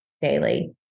daily